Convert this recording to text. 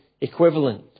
equivalent